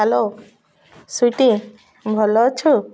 hello sweetie ଭଲ ଅଛୁ